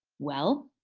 well,